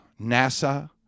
NASA